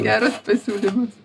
geras pasiūlymas